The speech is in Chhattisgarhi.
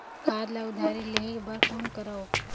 खाद ल उधारी लेहे बर कौन करव?